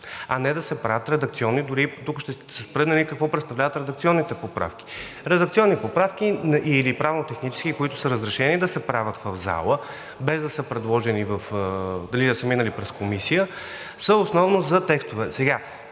а не да се правят редакционни, дори и тук ще се спра на това какво представляват редакционните поправки. Редакционни поправки или правно-технически, които са разрешени да се правят в залата, без да са минали през комисията, са основно за текстове. Сега,